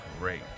great